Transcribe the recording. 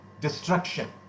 destruction